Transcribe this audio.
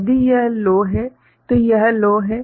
यदि यह लो है तो यह लो है